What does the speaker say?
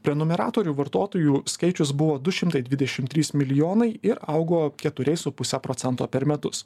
prenumeratorių vartotojų skaičius buvo du šimtai dvidešim trys milijonai ir augo keturiais su puse procento per metus